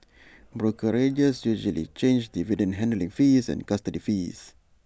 brokerages usually charge dividend handling fees and custody fees